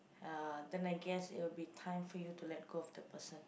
uh then I guess it will be time for you to let go of the person